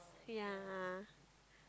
yeah